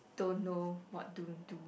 don't know what to do